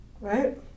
right